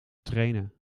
trainen